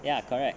ya correct